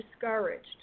discouraged